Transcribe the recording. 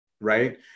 Right